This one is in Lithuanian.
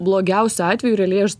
blogiausiu atveju realiai aš